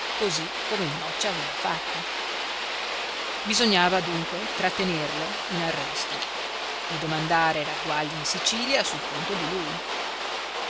così come il noccia aveva fatto bisognava dunque trattenerlo in arresto e domandare ragguagli in sicilia sul conto di lui